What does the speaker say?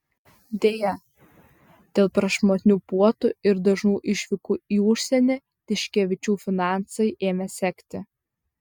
deja dėl prašmatnių puotų ir dažnų išvykų į užsienį tiškevičių finansai ėmė sekti